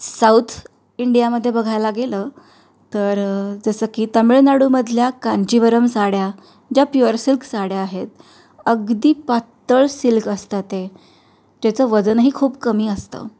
south इंडियामध्ये बघायला गेलं तर जसं की तमिळनाडूमधल्या कांजीवरम साड्या ज्या प्युअर सिल्क साड्या आहेत अगदी पातळ सिल्क असतात ते ज्याचं वजनही खूप कमी असतं